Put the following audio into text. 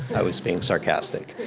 i was being sarcastic.